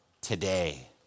today